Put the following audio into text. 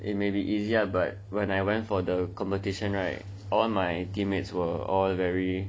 it may be easy ah but when I went for the competition right all my team mates were all very